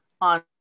on